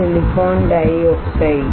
silicon dioxide